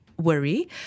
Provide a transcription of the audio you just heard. worry